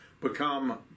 become